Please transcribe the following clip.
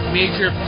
major